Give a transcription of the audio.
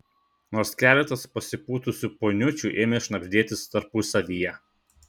nors keletas pasipūtusių poniučių ėmė šnabždėtis tarpusavyje